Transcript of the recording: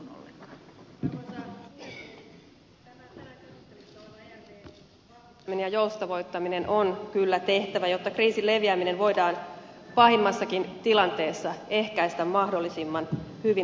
tämä tänään käsittelyssä oleva ervvn vahvistaminen ja joustavoittaminen on kyllä tehtävä jotta kriisin leviäminen voidaan pahimmassakin tilanteessa ehkäistä mahdollisimman hyvin